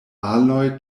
aloj